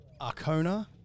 Arcona